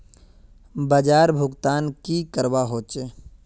बाजार भुगतान की करवा होचे?